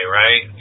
right